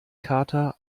kater